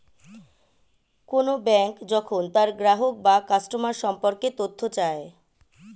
কোন ব্যাঙ্ক যখন তার গ্রাহক বা কাস্টমার সম্পর্কে তথ্য চায়